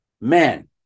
Man